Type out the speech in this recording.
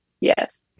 yes